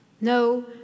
No